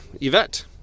Yvette